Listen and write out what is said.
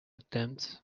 attempts